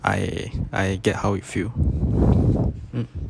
I I get how you feel